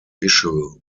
issue